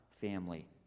family